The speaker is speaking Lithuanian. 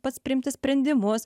pats priimti sprendimus